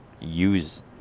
use